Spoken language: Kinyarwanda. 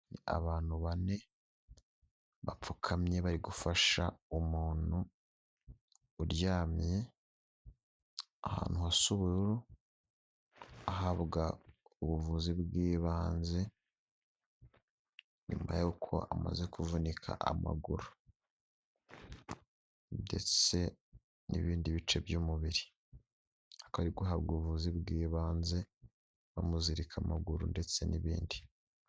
Abantu bane bapfukamye bari gufasha umuntu uryamye ahantu h'ubururu ahabwa ubuvuzi bw'ibanze nyuma y'uko amaze kuvunika amaguru ndetse n'ibindi bice by'umubiri akaba guhabwa ubuvuzi bw'ibanze bamuzirika amaguru ndetse n'ibindi.